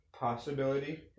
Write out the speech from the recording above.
Possibility